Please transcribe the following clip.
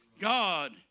God